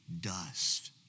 dust